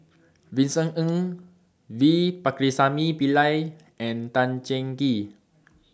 Vincent Ng V Pakirisamy Pillai and Tan Cheng Kee